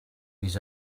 his